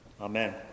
Amen